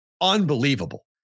unbelievable